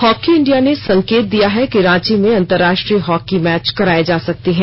hockey India ने संकेत दिया है कि रांची में अंतरराष्ट्रीय हॉकी मैच कराये जा सकते हैं